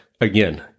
again